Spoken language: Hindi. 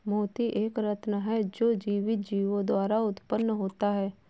मोती एक रत्न है जो जीवित जीवों द्वारा उत्पन्न होता है